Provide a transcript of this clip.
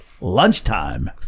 lunchtime